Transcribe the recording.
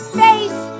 face